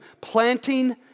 planting